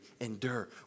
endure